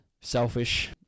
selfish